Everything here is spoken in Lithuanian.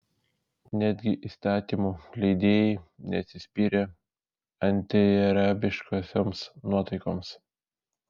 netgi įstatymų leidėjai neatsispyrė antiarabiškosioms nuotaikoms